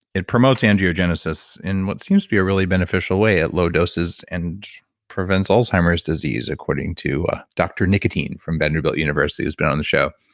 it promotes angiogenesis in what seems to be a really beneficial way at low doses and prevents alzheimer's disease according to ah dr. nicotine from vanderbilt university who's been on the show.